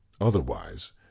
Otherwise